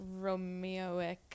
romeoic